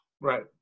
Right